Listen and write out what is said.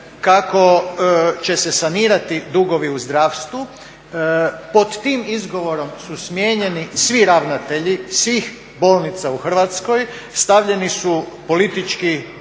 kako će se sanirati dugovi u zdravstvu. Pod tim izgovorom su smijenjeni svi ravnatelji svih bolnica u Hrvatskoj. Stavljeni su politički,